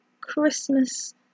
Christmas